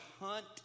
hunt